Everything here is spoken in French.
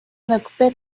m’occuper